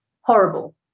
horrible